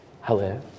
Hello